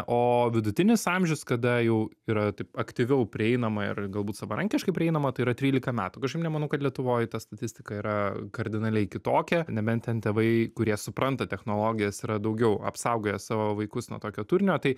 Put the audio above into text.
o vidutinis amžius kada jau yra taip aktyviau prieinama ir galbūt savarankiškai prieinama tai yra trylika metų kažkaip nemanau kad lietuvoj ta statistika yra kardinaliai kitokia nebent ten tėvai kurie supranta technologijas yra daugiau apsaugoję savo vaikus nuo tokio turinio tai